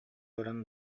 баран